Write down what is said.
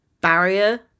barrier